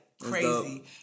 crazy